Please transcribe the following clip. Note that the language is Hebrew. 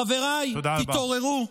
חבריי, תתעוררו.